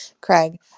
craig